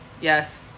Yes